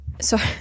sorry